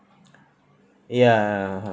ya